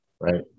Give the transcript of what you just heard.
right